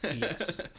Yes